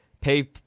pay